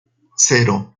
cero